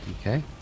Okay